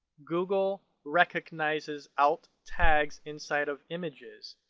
google recognizes alt tags inside of images.